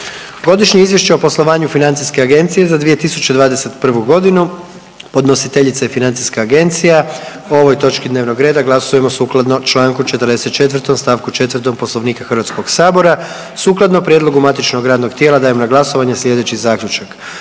Godišnje izvješće o poslovanju Financijske agencije za 2021. godinu, podnositeljica je Financijska agencija. O ovoj točki dnevnog reda glasujemo sukladno Članku 44. stavku 4. Poslovnika Hrvatskog sabora. Sukladno prijedlogu matičnog radnog tijela dajem na glasovanje slijedeći Zaključak.